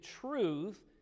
truth